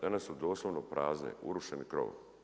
Danas su doslovno prazne, urušeni krov.